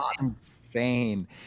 insane